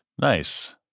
Nice